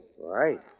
Right